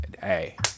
Hey